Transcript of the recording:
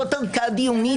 זאת ערכאה דיונית.